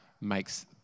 makes